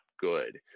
good